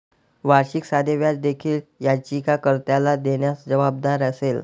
वार्षिक साधे व्याज देखील याचिका कर्त्याला देण्यास जबाबदार असेल